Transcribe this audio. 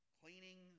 cleaning